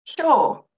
Sure